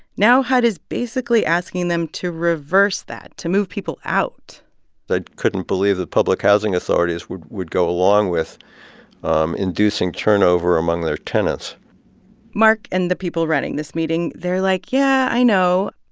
now hud is basically asking them to reverse that, to move people out i couldn't believe that public housing authorities would would go along with um inducing turnover among their tenants mark and the people running this meeting, they're like, yeah, i know,